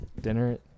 Dinner